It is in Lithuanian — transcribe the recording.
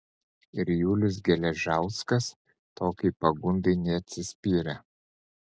ir julius geležauskas tokiai pagundai neatsispyrė